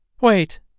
Wait